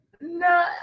No